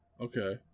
Okay